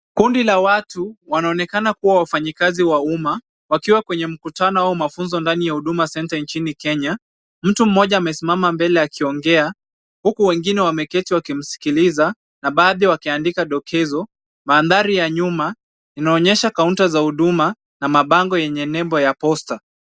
Kundi la watu wanaonekana kuwa wafanyikazi wa umma, wakiwa kwenye mkutano au mafunzo ndani ya Huduma Centre nchini Kenya. Mtu mmoja amesimama mbele akiongea huku wengine wameketi wakimsikiliza na baadhi wakiandika dokezo. Mandhari ya nyuma inaonyesha kaunta za huduma na mabango yenye nembo ya Posta.